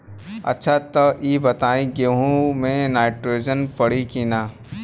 अच्छा त ई बताईं गेहूँ मे नाइट्रोजन पड़ी कि ना?